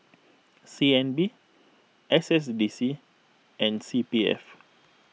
C N B S S D C and C B F